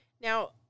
Now